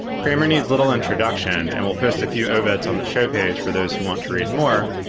kramer needs little introduction and we'll post a few events on the show page for those who want to read more.